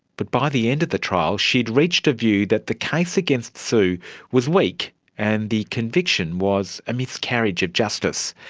but by the end of the trial she'd reached a view that the case against sue was weak and the conviction was a miscarriage of justice.